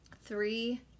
three